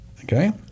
Okay